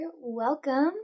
Welcome